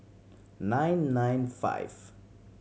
nine nine five